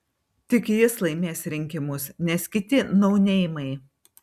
tik jis laimės rinkimus nes kiti nauneimai